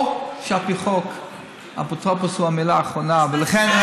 או שעל פי החוק האפוטרופוס הוא המילה האחרונה ולכן,